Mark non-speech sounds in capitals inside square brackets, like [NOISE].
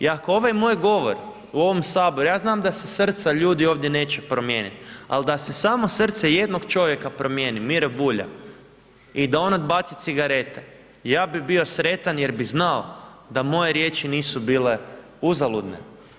I ako ovaj moj govor u ovom Saboru, ja znam da se ... [UNINTELLIGIBLE] ljudi ovdje neće promijenit, al' da se samo srce jednog čovjeka promijeni, Mire Bulja, i da on odbaci cigarete, ja bi bio sretan jer bi znao da moje riječi nisu bile uzaludne.